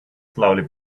slowly